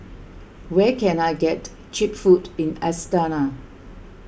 where can I get Cheap Food in Astana